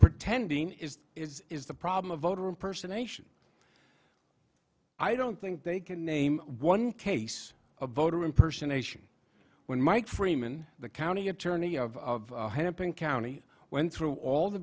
pretending is is is the problem of voter impersonation i don't think they can name one case of voter impersonation when mike freeman the county attorney of hennepin county went through all the